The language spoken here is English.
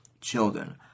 children